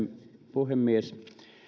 puhemies